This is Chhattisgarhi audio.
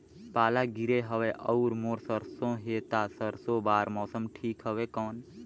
पाला गिरे हवय अउर मोर सरसो हे ता सरसो बार मौसम ठीक हवे कौन?